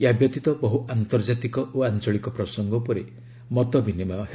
ଏହା ବ୍ୟତୀତ ବହୁ ଆନ୍ତର୍ଜାତିକ ଓ ଆଞ୍ଚଳିକ ପ୍ରସଙ୍ଗ ଉପରେ ମତବିନିମୟ ହେବ